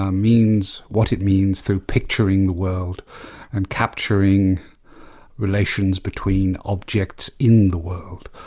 um means what it means through picturing the world and capturing relations between objects in the world.